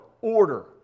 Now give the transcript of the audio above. order